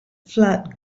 flat